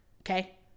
Okay